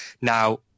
now